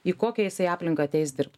į kokią jisai aplinką ateis dirbt